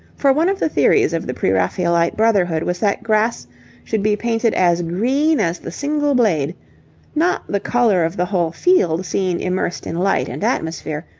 for one of the theories of the pre-raphaelite brotherhood was that grass should be painted as green as the single blade not the colour of the whole field seen immersed in light and atmosphere,